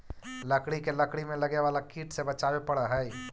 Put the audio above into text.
लकड़ी के लकड़ी में लगे वाला कीट से बचावे पड़ऽ हइ